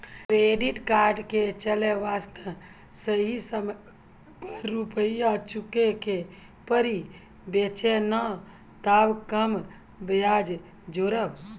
Credit card के चले वास्ते सही समय पर रुपिया चुके के पड़ी बेंच ने ताब कम ब्याज जोरब?